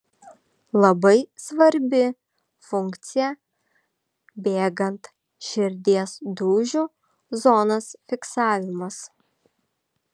labai svarbi funkcija bėgant širdies dūžių zonos fiksavimas